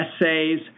essays